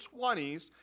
20s